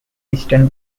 eastern